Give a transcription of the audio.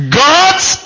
god's